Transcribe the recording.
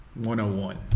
101